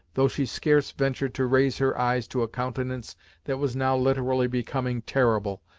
though she scarce ventured to raise her eyes to a countenance that was now literally becoming terrible,